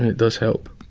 and does help.